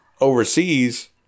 overseas